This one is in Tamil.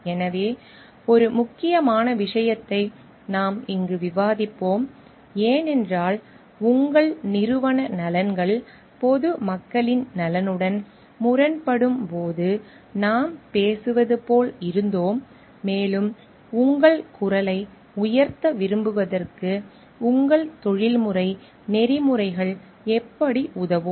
எனவே ஒரு முக்கியமான விஷயத்தை நாம் இங்கு விவாதிப்போம் ஏனென்றால் உங்கள் நிறுவன நலன்கள் பொது மக்களின் நலனுடன் முரண்படும் போது நாம் பேசுவது போல் இருந்தோம் மேலும் உங்கள் குரலை உயர்த்த விரும்புவதற்கு உங்கள் தொழில்முறை நெறிமுறைகள் எப்படி உதவும்